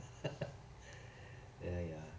ya ya